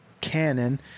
canon